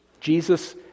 Jesus